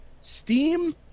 Steam